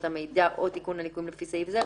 המידע או תיקון הליקויים לפי סעיף זה,